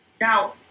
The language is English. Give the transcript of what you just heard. Now